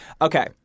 Okay